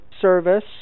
service